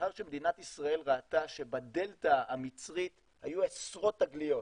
לאחר שמדינת ישראל ראתה שבדלתא המצרית היו עשרות תגליות,